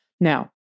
Now